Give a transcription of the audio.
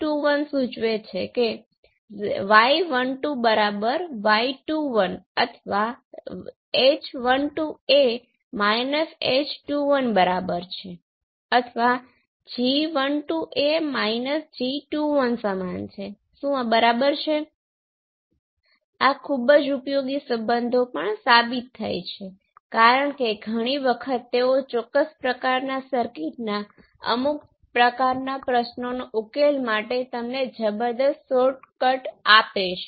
આ પદાવલિમાં જો A ∞ તરફનું વલણ ધરાવે છે તો આ તફાવત વોલ્ટેજ Vd નું મૂલ્ય 0 હશે અને એવું લાગે છે કે ઓપ એમ્પ ખૂબ મોટા મૂલ્ય તરફ વળે છે